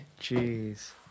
Jeez